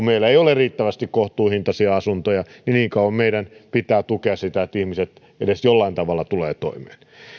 meillä ei ole riittävästi kohtuuhintaisia asuntoja niin kauan meidän pitää tukea sitä että ihmiset edes jollain tavalla tulevat toimeen